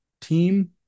team